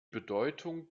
bedeutung